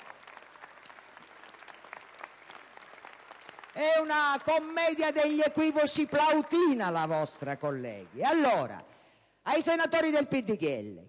È una commedia degli equivoci plautina la vostra, colleghi. E allora, senatori del PdL,